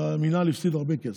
המינהל הפסיד הרבה כסף.